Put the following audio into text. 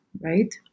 right